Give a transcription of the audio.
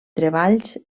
treballs